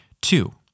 Two